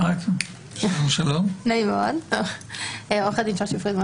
האם זה לא תנאי לפני אישור הקמת הממשק הממוחשב?